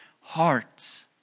hearts